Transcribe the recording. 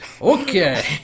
okay